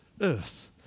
earth